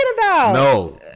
No